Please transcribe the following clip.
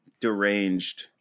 deranged